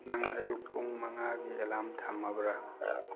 ꯅꯪ ꯑꯌꯨꯛ ꯄꯨꯡ ꯃꯉꯥꯒꯤ ꯑꯦꯂꯥꯔꯝ ꯊꯝꯃꯕ꯭ꯔꯥ